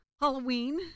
Halloween